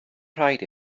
rhaid